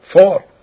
Four